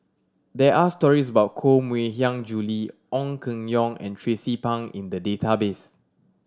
there are stories about Koh Mui Hiang Julie Ong Keng Yong and Tracie Pang in the database